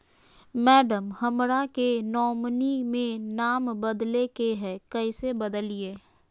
madam, हमरा के nominee में नाम बदले के हैं, कैसे बदलिए